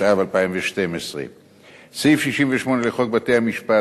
התשע"ב 2012. סעיף 68 לחוק בתי-המשפט,